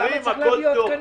למה צריך להביא עוד תקנים?